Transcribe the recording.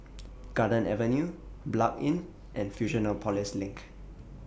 Garden Avenue Blanc Inn and Fusionopolis LINK